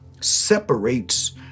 separates